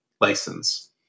license